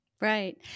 Right